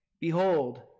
Behold